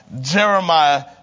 Jeremiah